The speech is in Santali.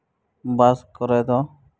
ᱵᱟᱥ ᱠᱚᱨᱮ ᱫᱚ